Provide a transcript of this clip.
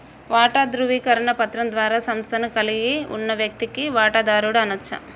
వాటా ధృవీకరణ పత్రం ద్వారా సంస్థను కలిగి ఉన్న వ్యక్తిని వాటాదారుడు అనచ్చు